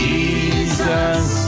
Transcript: Jesus